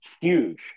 Huge